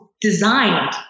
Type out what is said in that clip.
designed